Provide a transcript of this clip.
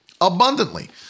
abundantly